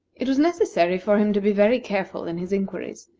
it was necessary for him to be very careful in his inquiries,